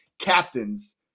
captains